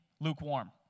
lukewarm